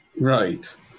Right